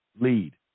lead